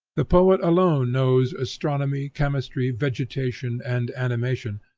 the poet alone knows astronomy, chemistry, vegetation and animation,